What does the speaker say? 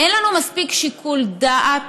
אין לנו מספיק שיקול דעת?